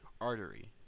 artery